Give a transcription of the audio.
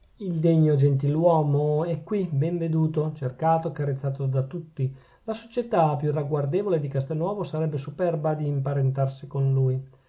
il degno gentiluomo è qui ben veduto cercato accarezzato da tutti la società più ragguardevole di castelnuovo sarebbe superba di imparentarsi con lui